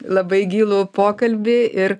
labai gilų pokalbį ir